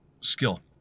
skill